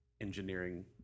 engineering